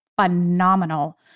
phenomenal